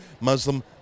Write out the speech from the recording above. Muslim